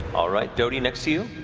all right, doty next to